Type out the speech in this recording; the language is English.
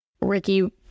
Ricky